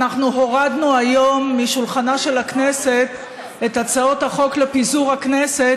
אנחנו הורדנו היום משולחנה של הכנסת את הצעות החוק לפיזור הכנסת,